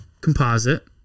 composite